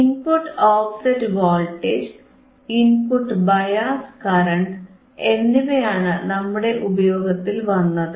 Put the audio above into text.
input offset voltage input bias current എന്നിവയാണ് നമ്മുടെ ഉപയോഗത്തിൽ വന്നത്